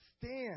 stand